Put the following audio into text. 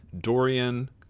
dorian